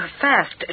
fast